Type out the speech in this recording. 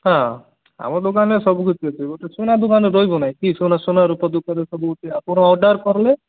ହଁ ଆମ ଦୋକାନରେ ସବୁ କିଛି ଅଛି ଗୋଟେ ସୁନା ଦୋକାନ ରେ ରହିବ ନାହିଁ କି ସୁନା ସୁନା ରୂପା ଦୋକାନରେ ସବୁ ଆପଣ ଅର୍ଡ଼୍ର କଲେ